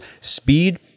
Speed